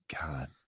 God